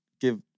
give